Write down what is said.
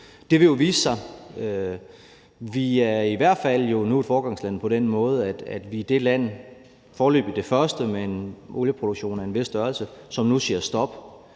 Det vil jo vise sig. Vi er jo i hvert fald nu er foregangsland på den måde, at vi er det foreløbigt første land med en olieproduktion af en vis størrelse, som nu siger stop.